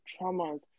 traumas